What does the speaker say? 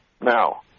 Now